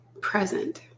present